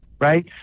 right